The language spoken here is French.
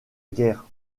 guerre